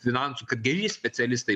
finansų kad geri specialistai